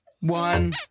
one